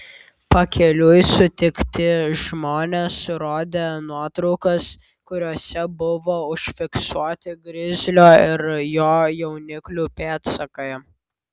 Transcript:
pakeliui sutikti žmonės rodė nuotraukas kuriose buvo užfiksuoti grizlio ir jo jauniklių pėdsakai